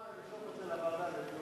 אני אמשוך את זה לוועדה לדיון